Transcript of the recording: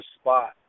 spot